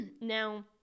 now